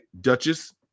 Duchess